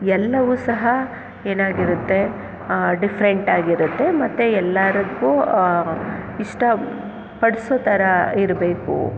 ಎಲ್ಲವೂ ಸಹ ಏನಾಗಿರುತ್ತೆ ಡಿಫ್ರೆಂಟಾಗಿರುತ್ತೆ ಮತ್ತು ಎಲ್ಲರಿಗೂ ಇಷ್ಟಪಡಿಸೋ ಥರ ಇರಬೇಕು